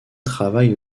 travaille